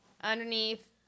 underneath